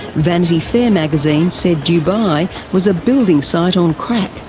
vanity fair magazine said dubai was a building site on crack.